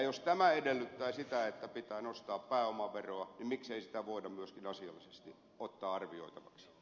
jos tämä edellyttää sitä että pitää nostaa pääomaveroa miksei sitä voida myöskin asiallisesti ottaa arvioitavaksi